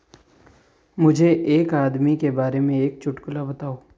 मुझे एक आदमी के बारे में एक चुटकुला बताओ